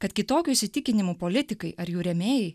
kad kitokių įsitikinimų politikai ar jų rėmėjai